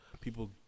people